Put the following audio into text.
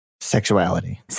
Sexuality